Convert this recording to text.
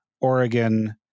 oregon